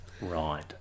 Right